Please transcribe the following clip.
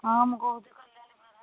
ହଁ ମୁଁ କହୁଛି କଲ୍ୟାଣୀ ପ୍ରଧାନ